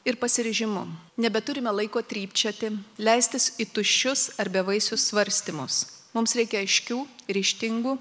ir pasiryžimu nebeturime laiko trypčioti leistis į tuščius ar bevaisius svarstymus mums reikia aiškių ryžtingų